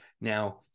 Now